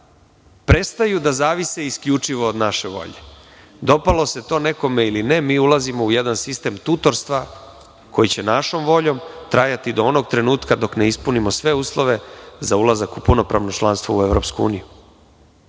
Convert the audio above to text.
prestaju da zavise isključivo od naše volje. Dopalo se to nekome ili ne mi ulazimo u jedan sistem tutorstva koji će našom voljom trajati do onog trenutka dok ne ispunimo sve uslove za ulazak u punopravno članstvo u EU.